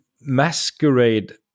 masquerade